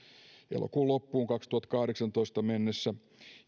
elokuun loppuun kaksituhattakahdeksantoista mennessä